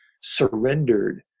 surrendered